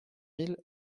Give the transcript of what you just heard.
mille